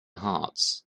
hearts